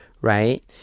right